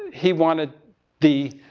he wanted the